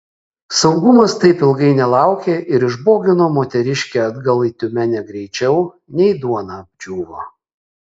saugumas taip ilgai nelaukė ir išbogino moteriškę atgal į tiumenę greičiau nei duona apdžiūvo